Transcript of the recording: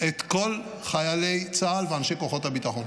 את כל חיילי צה"ל ואנשי כוחות הביטחון.